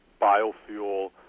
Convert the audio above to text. biofuel